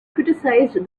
criticized